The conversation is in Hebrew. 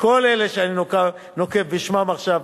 וכל אלה שאני נוקב בשמם עכשיו,